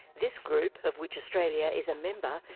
this group, of which australia is a member,